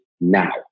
now